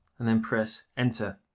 and then press enter.